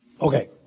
Okay